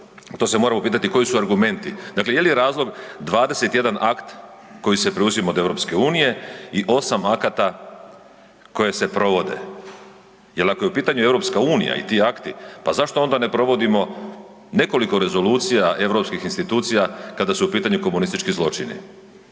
to se moramo pitati koji su argumenti, dakle je li razlog 21 akt koji se preuzima od EU i 8 akata koje se provode? Jel ako je u pitanju EU i ti akti pa zašto onda ne provodimo nekoliko rezolucija europskih institucija kada su u pitanju komunistički zločini